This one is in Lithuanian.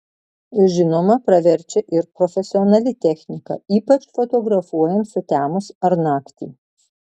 žinoma praverčia ir profesionali technika ypač fotografuojant sutemus ar naktį